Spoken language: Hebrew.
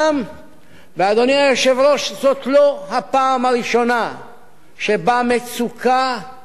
זאת לא הפעם הראשונה שבה מצוקה מתנקזת אל תוך מצוקה.